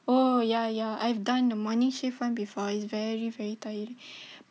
oh ya ya I've done the morning shift [one] before it's very very tiring